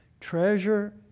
treasure